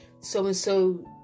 so-and-so